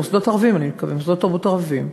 מוסדות תרבות ערביים,